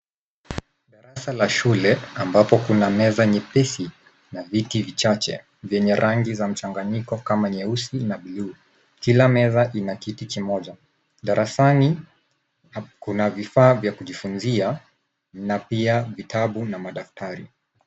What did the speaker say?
Darasa la shule ambapo kuna meza nyepesi na viti vichache vyenye rangi za mchanganyiko kama nyeusi na bluu. Kila meza ina kiti kimoja. Darasani kuna vifaa vya kujifunzia na pia vitabu na madaftari.